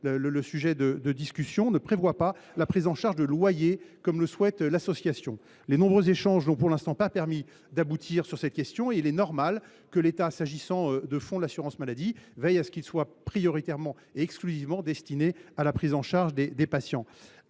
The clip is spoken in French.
le nœud de la discussion – la prise en charge de loyers, ce que souhaite l’association. Les nombreux échanges n’ont pour l’instant pas permis d’aboutir et il est normal que l’État, s’agissant de fonds de l’assurance maladie, veille à ce qu’ils soient prioritairement et exclusivement destinés à la prise en charge des patients.